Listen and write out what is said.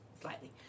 Slightly